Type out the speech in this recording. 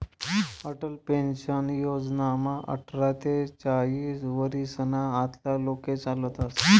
Atal pension योजनामा आठरा ते चाईस वरीसना आतला लोके चालतस